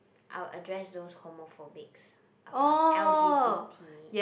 I'll address those homophobics about L_G_B_T